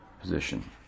position